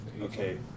Okay